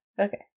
Okay